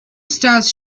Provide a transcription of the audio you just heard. stars